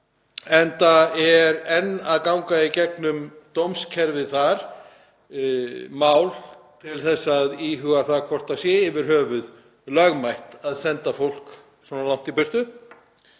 enda er enn að ganga í gegnum dómskerfið þar mál til að meta hvort það sé yfir höfuð lögmætt að senda fólk svona langt í burtu